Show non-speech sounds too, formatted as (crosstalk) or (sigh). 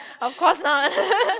of course not (laughs)